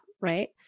right